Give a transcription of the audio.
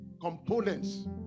components